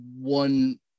one